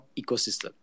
ecosystem